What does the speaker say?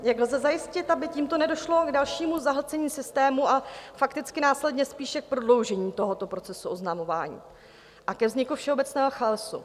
Jak lze zajistit, aby tímto nedošlo k dalšímu zahlcení systému a fakticky následně spíše k prodloužení tohoto procesu oznamování a ke vzniku všeobecného chaosu?